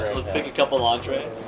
let's pick a couple entrees.